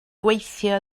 gweithio